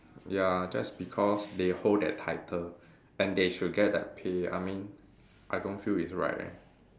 ya just because they hold that title and they should get that pay I mean I don't feel it's right leh